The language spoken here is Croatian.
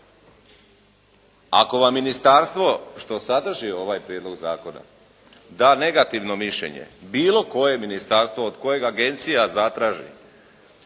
Ako vam ministarstvo što sadrži ovaj prijedlog zakona da negativno mišljenje bilo koje ministarstvo od koje agencija zatraži